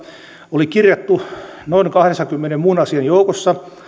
oli kirjattu noin kahdeksankymmenen muun asian joukossa